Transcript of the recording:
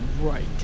right